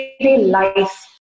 life